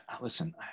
listen